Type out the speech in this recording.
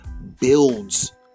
Builds